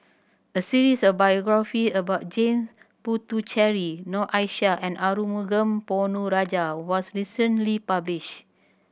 a series of biography about Jame Puthucheary Noor Aishah and Arumugam Ponnu Rajah was recently published